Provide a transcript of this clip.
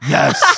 Yes